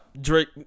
Drake